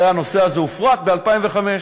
הרי הנושא הזה הופרט ב-2005.